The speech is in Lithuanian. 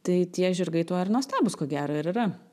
tai tie žirgai tuo ir nuostabūs ko gero ir yra